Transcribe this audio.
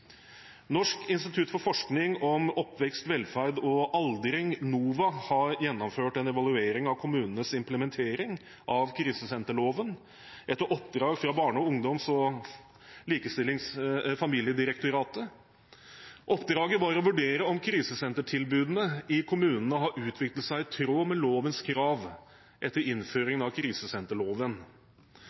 Norsk institutt for forskning om oppvekst, velferd og aldring, NOVA, har gjennomført en evaluering av kommunenes implementering av krisesenterloven, etter oppdrag fra Barne-, ungdoms- og familiedirektoratet. Oppdraget var å vurdere om krisesentertilbudet i kommunene har utviklet seg i tråd med lovens krav etter innføringen av krisesenterloven.